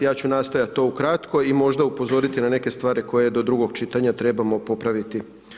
Ja ću nastojati to ukratko i možda upozoriti na neke stvari koje do drugog čitanja trebamo popraviti.